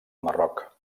marroc